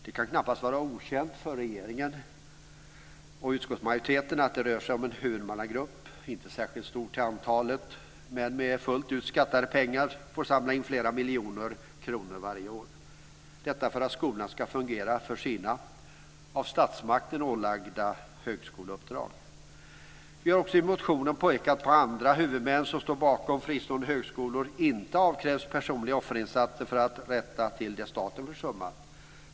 Det kan knappast vara okänt för regeringen och utskottsmajoriteten att det rör sig om en huvudmannagrupp, inte särskilt stor till antalet, men som med fullt ut skattade pengar får samla in flera miljoner kronor varje år, detta för att skolorna ska fungera för sina av statsmakten ålagda högskoleuppdrag. Vi har också i motionen pekat på att andra huvudmän som står bakom fristående högskolor inte avkrävs personliga offerinsatser för att rätta till det som staten har försummat.